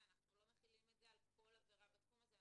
אנחנו לא מחילים את זה על כל עבירה בתחום הזה,